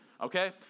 Okay